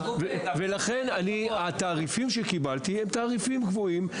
לעניין --- לכן התעריפים שקיבלתי הם תעריפים גבוהים.